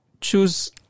choose